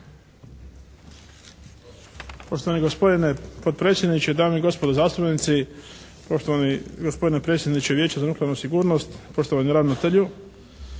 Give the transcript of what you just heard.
Tonči Tadić. **Tadić, Tonči (HSP)** Dame i gospodo zastupnici, poštovani gospodine predsjedniče Vijeća za nuklearnu sigurnost, poštovani ravnatelju.